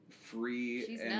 free